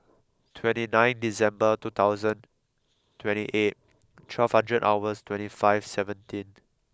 twenty nine December two thousand twenty eight twelve hundred hours twenty five seventeen